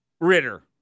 Ritter